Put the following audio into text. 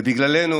ובגללנו,